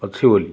ଅଛି ବୋଲି